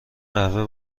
قهوه